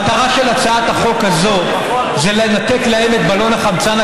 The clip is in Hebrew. המטרה של הצעת החוק הזאת זה לנתק להם את בלון החמצן